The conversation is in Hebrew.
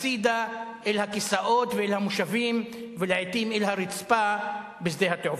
הצדה אל הכיסאות ואל המושבים ולעתים אל הרצפה בשדה התעופה.